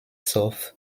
south